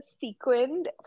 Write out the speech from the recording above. sequined